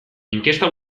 inkesta